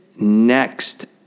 next